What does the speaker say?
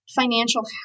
financial